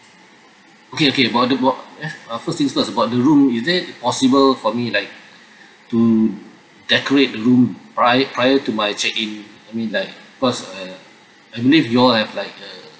okay okay about the bo~ eh first things first about the room is it possible for me like to decorate room prior prior to my check in I mean like first err I believe you all have like uh